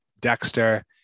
dexter